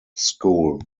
school